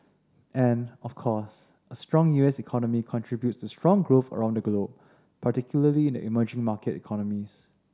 and of course a strong U S economy contributes to strong growth around the globe particularly in the emerging market economies